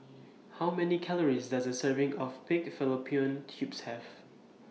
How Many Calories Does A Serving of Pig Fallopian Tubes Have